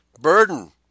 burden